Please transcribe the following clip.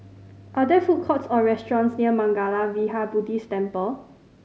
are there food courts or restaurants near Mangala Vihara Buddhist Temple